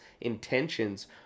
intentions